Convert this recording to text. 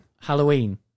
Halloween